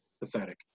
Pathetic